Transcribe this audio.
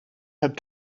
had